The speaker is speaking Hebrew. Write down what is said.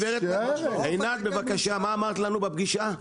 ענת, בבקשה, מה אמרת בפגישה?